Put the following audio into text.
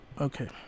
Okay